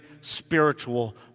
spiritual